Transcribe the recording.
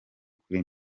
kuri